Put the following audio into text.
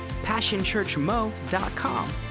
PassionChurchMo.com